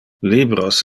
libros